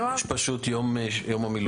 יש לי יום המילואים.